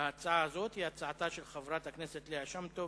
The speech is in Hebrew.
הזאת היא הצעתה של חברת הכנסת ליה שמטוב,